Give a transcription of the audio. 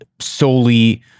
solely